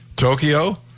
Tokyo